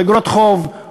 לא איגרות חוב,